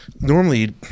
normally